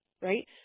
right